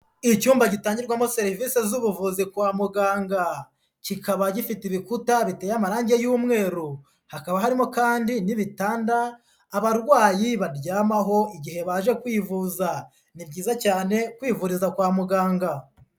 Icyumba gitangirwamo serivise z'ubuvuzi kwa muganga, kikaba gifite ibikuta biteye amarangi y'umweru, hakaba harimo kandi n'ibitanda abarwayi baryamaho igihe baje kwivuza, ni byiza cyane kwivuriza kwa muganga.